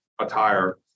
attire